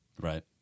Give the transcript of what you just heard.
Right